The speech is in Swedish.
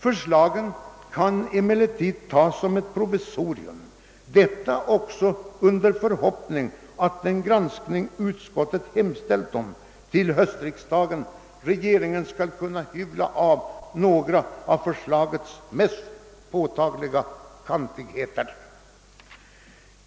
Förslaget kan emellertid godtas som ett provisorium, detta i förhoppning att regeringen vid den granskning utskottet hemställt om till höstriksdagen skall kunna hyvla av några av dess mest påtagliga kantigheter.